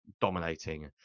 dominating